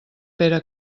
pere